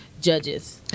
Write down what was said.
judges